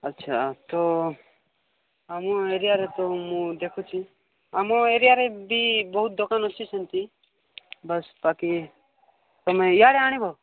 ଆଚ୍ଛା ତ ଆମ ଏରିଆରେ ତ ମୁଁ ଦେଖୁଛି ଆମ ଏରିଆରେ ବି ବହୁତ ଦୋକାନ ଅଛି ସେମତି ବାସ୍ ବାକି ତମେ ଇଆଡ଼ ଆଣିବ